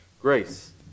Grace